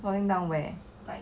falling down where